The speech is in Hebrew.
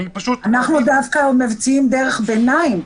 אנחנו דווקא מציעים דרך ביניים,